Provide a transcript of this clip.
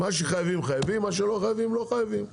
מה שחייבים חייבים, מה שלא חייבים לא חייבים.